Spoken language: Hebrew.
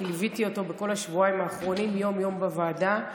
כי ליוויתי אותו בכל השבועיים האחרונים יום-יום בוועדה,